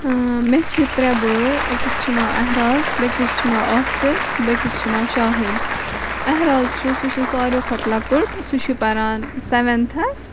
مےٚ چھِ ترٛےٚ بٲے أکِس چھُ ناو احراز بیٚکِس چھُ ناو عاصف بیٚکِس چھُ ناو شاہِد احراز چھُ سُہ چھِ ساروی کھۄتہٕ لۄکُٹ سُہ چھِ پَران سٮ۪وٮ۪نتھَس